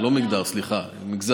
מגזר, לא מגדר, סליחה.